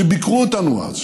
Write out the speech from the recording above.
שביקרו אותנו אז,